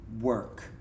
work